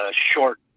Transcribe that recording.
short